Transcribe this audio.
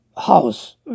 house